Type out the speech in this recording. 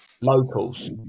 locals